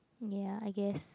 ya I guess